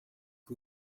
que